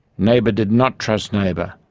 neighbour did not trust neighbour,